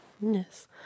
Yes